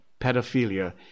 pedophilia